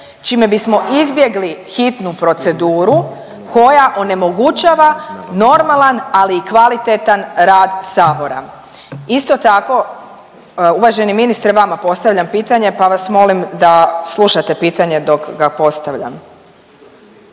čime bismo izbjegli hitnu proceduru koja onemogućava normalan, ali i kvalitetan rad sabora. Isto tako, uvaženi ministre vama postavljam pitanje, pa vas molim da slušate pitanje dok ga postavljam.